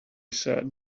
said